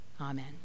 Amen